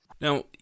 Now